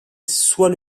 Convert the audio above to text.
soit